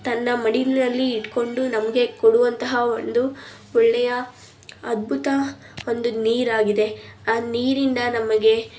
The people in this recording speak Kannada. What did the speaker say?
ತನ್ನ ಮಡಿಲಿನಲ್ಲಿ ಇಟ್ಟುಕೊಂಡು ನಮಗೆ ಕೊಡುವಂತಹ ಒಂದು ಒಳ್ಳೆಯ ಅದ್ಭುತ ಒಂದು ನೀರಾಗಿದೆ ಆ ನೀರಿಂದ ನಮಗೆ